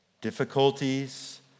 difficulties